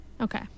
Okay